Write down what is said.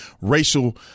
racial